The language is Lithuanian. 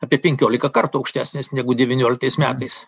apie penkiolika kartų aukštesnis negu devynioliktais metais